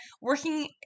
working